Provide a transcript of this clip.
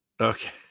Okay